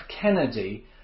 Kennedy